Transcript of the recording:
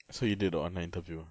so you did online interview